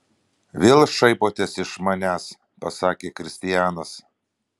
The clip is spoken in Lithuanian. vėl šaipotės iš manęs pasakė kristianas